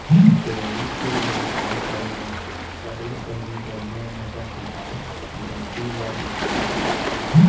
dairy के बेवसाय करे बर सबले पहिली बड़िहा नसल के गाय, भइसी ल बिसाए बर परथे